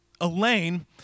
Elaine